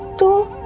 to